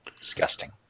Disgusting